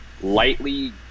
lightly